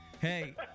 Hey